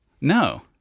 No